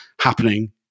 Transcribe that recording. happening